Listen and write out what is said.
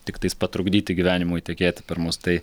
tiktais patrukdyti gyvenimui tekėti per mus tai